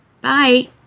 Bye